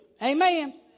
Amen